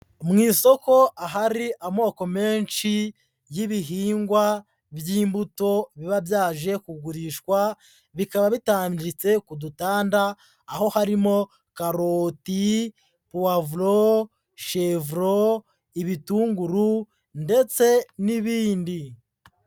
Mu isoko ahari amoko menshi y'ibihingwa by'imbuto biba byaje kugurishwa bikaba bitandiritse ku dutanda, aho harimo karoti, pavuro, shevuro, ibitunguru ndetse n'ibindi.